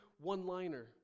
one-liner